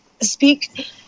speak